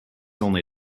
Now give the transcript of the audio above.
only